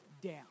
down